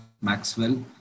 Maxwell